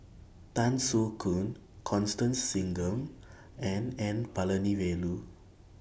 Tan Soo Khoon Constance Singam and N Palanivelu